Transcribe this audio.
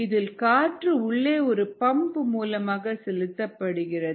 இதில் காற்று உள்ளே ஒரு பம்ப் மூலம்செலுத்தப்படுகிறது